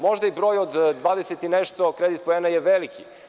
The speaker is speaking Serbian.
Možda i broj od 20 i nešto kredit poena je veliki.